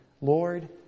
Lord